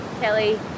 kelly